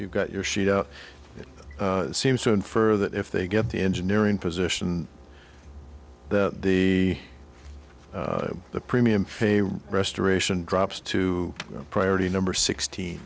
you got your sheet out it seems to infer that if they get the engineering position that the the premium favor restoration drops to priority number sixteen